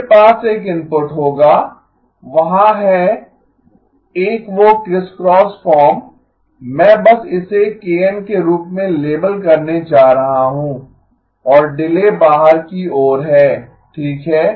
मेरे पास एक इनपुट होगा वहाँ है एक वो क्रिस्क्रॉस फॉर्म मैं बस इसे kN के रूप में लेबल करने जा रहा हूं और डिले बाहर की ओर है ठीक है